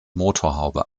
motorhaube